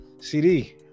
CD